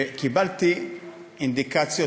וקיבלתי אינדיקציות,